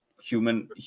human